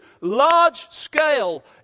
Large-scale